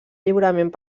lliurement